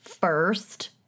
first